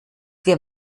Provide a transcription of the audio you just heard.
wir